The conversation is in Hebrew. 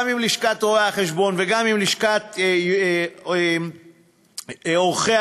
עם לשכת רואי-החשבון וגם עם לשכת עורכי-הדין,